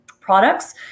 products